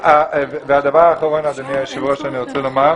הדבר האחרון שאני רוצה לומר,